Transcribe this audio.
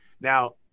Now